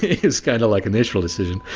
it's kinda like a natural decision.